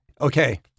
Okay